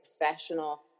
professional